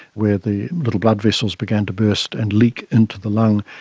where the little blood vessels began to burst and leak into the lung.